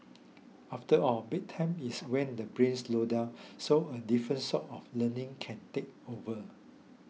after all bedtime is when the brain slows down so a different sort of learning can take over